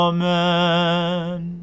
Amen